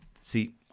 See